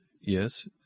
Yes